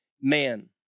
man